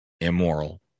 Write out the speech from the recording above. immoral